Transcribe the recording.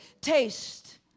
Taste